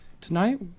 Tonight